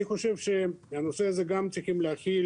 אני חושב שאת הנושא הזה גם צריכים להחיל